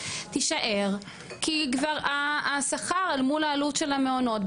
תישאר כי כבר השכר אל מול העלות של המעונות,